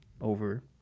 over